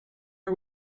are